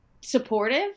supportive